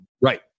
Right